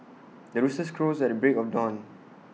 the rooster crows at the break of dawn